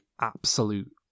absolute